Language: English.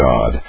God